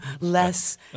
less